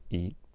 eat